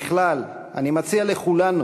בכלל, אני מציע לכולנו,